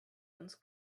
uns